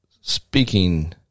speaking